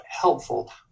helpful